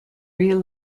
real